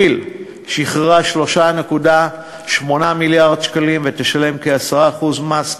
כי"ל שחררה 3.8 מיליארד שקלים ותשלם כ-10% מס,